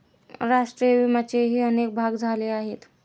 राष्ट्रीय विम्याचेही अनेक भाग झाले आहेत